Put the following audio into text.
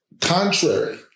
contrary